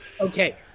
Okay